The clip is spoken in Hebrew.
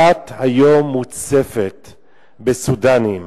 היום אילת מוצפת בסודנים.